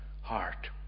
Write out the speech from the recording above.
heart